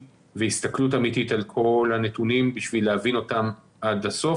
והסתכלות אמיתית על כל הנתונים בשביל להבין אותם עד הסוף,